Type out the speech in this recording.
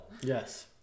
Yes